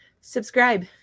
subscribe